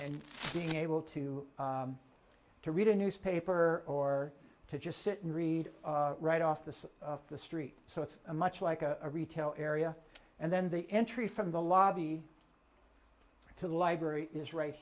and being able to to read a newspaper or to just sit and read right off the side of the street so it's a much like a retail area and then the entry from the lobby to the library is right